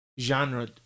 genre